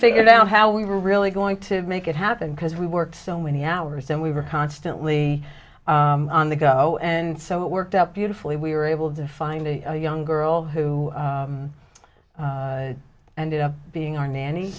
figured out how we were really going to make it happen because we worked so many hours and we were constantly on the go and so it worked out beautifully we were able to find a young girl who ended up being our nanny